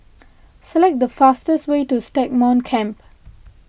select the fastest way to Stagmont Camp